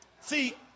See